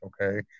okay